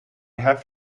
have